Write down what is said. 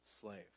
slave